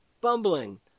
bumbling